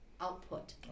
output